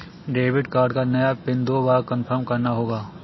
debit card का नया PIN दो बार कन्फर्म करना होगा